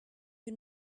you